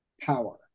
power